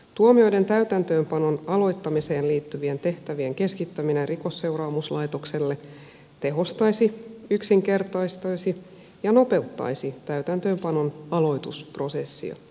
tuomioiden täytäntöönpanon aloittamiseen liittyvien tehtävien keskittäminen rikosseuraamuslaitokselle tehostaisi yksinkertaistaisi ja nopeuttaisi täytäntöönpanon aloitusprosessia